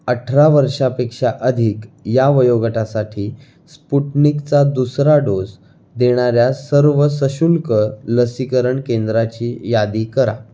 अठरा वर्षापेक्षा अधिक या वयोगटासाठी स्पुटनिकचा दुसरा डोस देणाऱ्या सर्व सशुल्क लसीकरण केंद्राची यादी करा